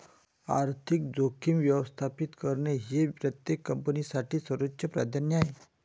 आर्थिक जोखीम व्यवस्थापित करणे हे प्रत्येक कंपनीसाठी सर्वोच्च प्राधान्य आहे